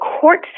court